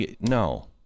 No